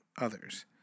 others